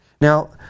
Now